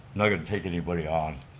not going to take anybody on,